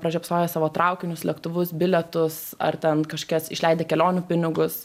pražiopsoję savo traukinius lėktuvus bilietus ar ten kažkias išleidę kelionių pinigus